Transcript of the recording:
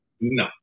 No